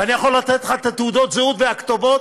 ואני יכול לתת לך את תעודות הזהות והכתובות